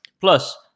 Plus